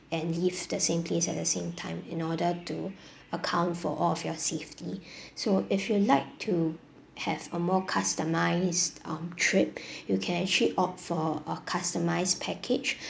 and leaves the same place at the same time in order to account for all of your safety so if you would like to have a more customised um trip you can actually opt for a customised package